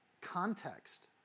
context